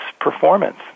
performance